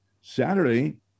Saturday